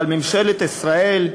אבל ממשלת ישראל,